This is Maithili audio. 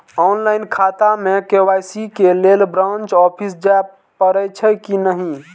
ऑनलाईन खाता में के.वाई.सी के लेल ब्रांच ऑफिस जाय परेछै कि नहिं?